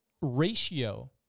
ratio